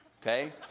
okay